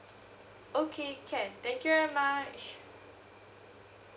okay can thank you very much